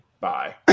Bye